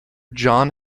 john